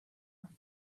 are